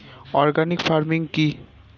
Organic farming কি?